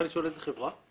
מותר לשאול איזה חברה?